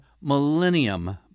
millennium